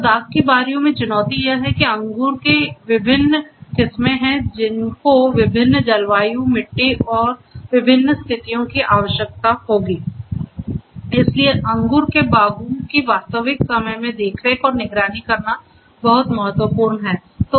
तो दाख की बारियो में चुनौती यह है कि अंगूर की विभिन्न किस्में हैं जिनको विभिन्न जलवायु मिट्टी और विभिन्न स्थितियों की आवश्यकता होगीइसलिए अंगूर के बागों की वास्तविक समय मे देखरेख और निगरानी करना बहुत महत्वपूर्ण है